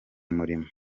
murimo